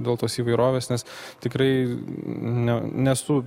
dėl tos įvairovės nes tikrai ne nesu